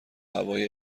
هوای